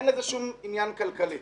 אין לזה שום עניין כלכלי.